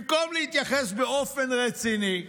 במקום להתייחס באופן רציני,